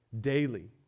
daily